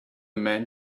man